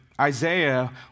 Isaiah